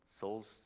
souls